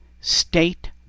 state